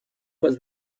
was